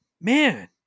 Man